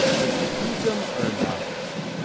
but two of them are anonymous